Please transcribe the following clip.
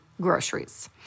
groceries